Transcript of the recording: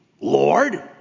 Lord